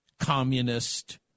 communist